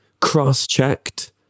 cross-checked